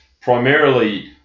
primarily